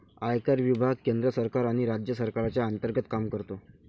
आयकर विभाग केंद्र सरकार आणि राज्य सरकारच्या अंतर्गत काम करतो